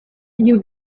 you